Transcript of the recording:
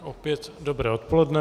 Opět dobré odpoledne.